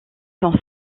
sont